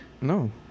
No